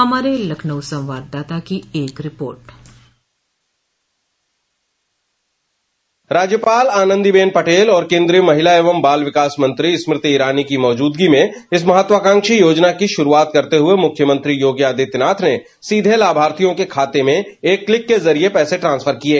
हमारे लखनऊ संवाददाता की एक रिपोर्ट राज्यपाल आनंदी बेन पटेल और केन्द्रीय महिला और बाल विकास मंत्री स्मृति ईरानी की मौजूदगी में इस महत्वाकांक्षी योजना की शुरूआत करते हुए मुख्यमंत्री योगी आदित्यनाथ ने सीधे लाभार्थियों के खाते में एक क्लिक के जरिये पैसे ट्रांसफर किये